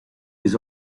les